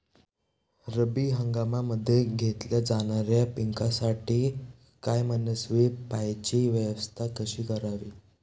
रब्बी हंगामामध्ये घेतल्या जाणाऱ्या पिकांसाठी कायमस्वरूपी पाण्याची व्यवस्था कशी करावी?